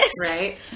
Right